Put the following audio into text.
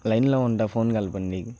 లైన్లో ఉంటాను ఫోన్ కలపండి